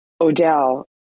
Odell